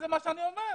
זה מה שאני אומר.